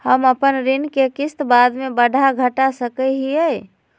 हम अपन ऋण के किस्त बाद में बढ़ा घटा सकई हियइ?